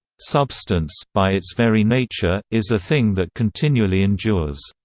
substance, by its very nature, is a thing that continually endures.